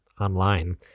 online